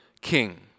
king